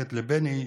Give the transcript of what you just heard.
מיוחדת לבני,